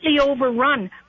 overrun